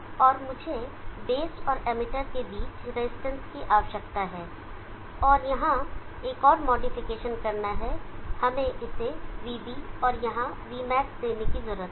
और मुझे बेस और एमिटर के बीच रजिस्टेंस की आवश्यकता है और यहां एक और मॉडिफिकेशन करना है हमें इसे vB और यहां vmax देने की जरूरत है